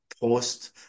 post